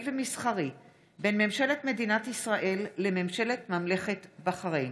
ומסחרי בין ממשלת מדינת ישראל לממשלת ממלכת בחריין.